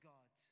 God